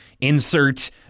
insert